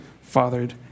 fathered